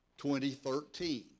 2013